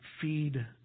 feed